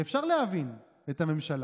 ואפשר להבין את הממשלה.